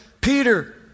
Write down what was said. Peter